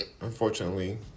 unfortunately